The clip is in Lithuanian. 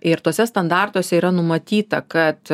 ir tuose standartuose yra numatyta kad